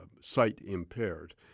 sight-impaired